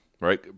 right